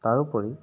তাৰোপৰি